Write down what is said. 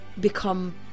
become